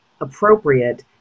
appropriate